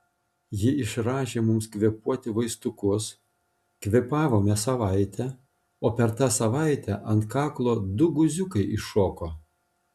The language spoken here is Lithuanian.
ji išrašė mums kvėpuoti vaistukus kvėpavome savaitę o per tą savaitę ant kaklo du guziukai iššoko